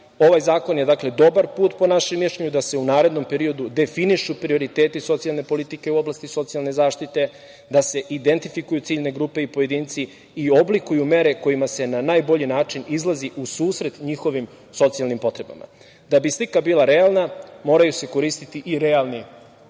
zakon je dobar put, po našem mišljenju, da se u narednom periodu definišu prioriteti socijalne politike u oblasti socijalne zaštite, da se identifikuju ciljne grupe i pojedinci i oblikuju mere kojima se na najbolji način izlazi u susret njihovim socijalnim potrebama. Da bi slika bila realna moraju se koristiti i realni i